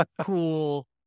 cool